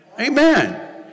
Amen